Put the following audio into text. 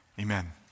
Amen